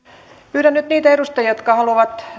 pyydän nyt niitä edustajia jotka haluavat